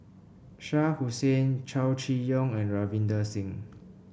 Shah Hussain Chow Chee Yong and Ravinder Singh